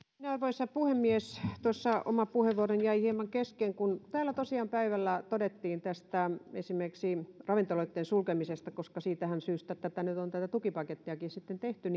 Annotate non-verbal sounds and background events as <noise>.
arvoisa puhemies tuossa oma puheenvuoroni jäi hieman kesken täällä tosiaan päivällä todettiin esimerkiksi ravintoloitten sulkemisesta siitähän syystä nyt on tätä tukipakettiakin sitten tehty <unintelligible>